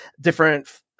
different